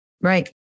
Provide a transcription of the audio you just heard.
Right